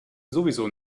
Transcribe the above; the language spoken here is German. sowieso